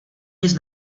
nic